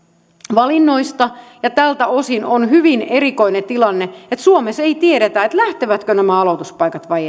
valinnoista ja tältä osin on hyvin erikoinen tilanne että suomessa ei tiedetä lähtevätkö nämä aloituspaikat vai